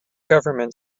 government